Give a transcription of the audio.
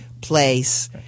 place